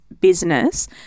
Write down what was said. business